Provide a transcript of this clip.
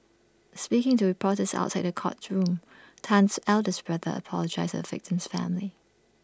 speaking to reporters outside the courtroom Tan's eldest brother apologised to the victim's family